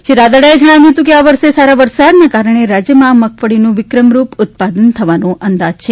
શ્રી રાદડીયાએ ણાવ્યું હતું કે આ વર્ષે સારા વરસાદને કારણે રાજ્યમાં મગફળીનું વિક્રમ રૂપ ઉત્પાદન થવાનો અંદા છે